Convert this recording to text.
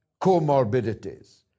comorbidities